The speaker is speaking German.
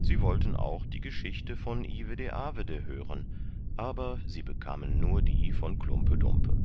sie wollten auch die geschichte von ivede avede hören aber sie bekamen nur die von klumpe dumpe